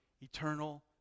eternal